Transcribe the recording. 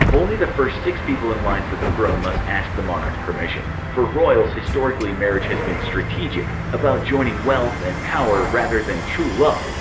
only the first six people in line for the throne must ask the monarch's permission. for royals, historically marriage has been strategic, about joining wealth and power rather than true love.